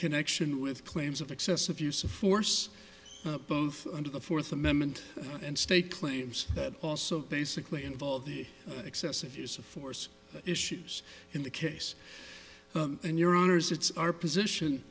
connection with claims of excessive use of force both under the fourth amendment and state claims that also basically involve the excessive use of force issues in the case and your honour's it's our position